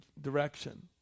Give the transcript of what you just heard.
direction